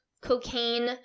cocaine